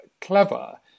clever